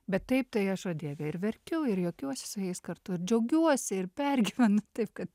bet taip tai aš dieve ir verkiau ir juokiuosi su jais kartu ir džiaugiuosi ir pergyvenu taip kad